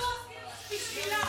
זה לא פייר.